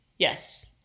Yes